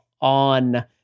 on